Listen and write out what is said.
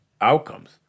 outcomes